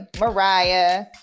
Mariah